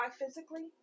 physically